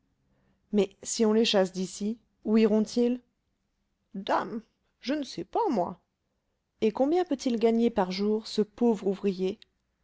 mais si on les chasse d'ici où iront ils dame je ne sais pas moi et combien peut-il gagner par jour ce pauvre ouvrier